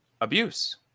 abuse